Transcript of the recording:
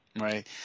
Right